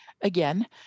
again